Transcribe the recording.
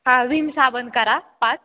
हां विम साबण करा पाच